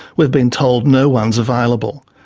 we've been told no-one's available.